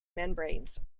membranes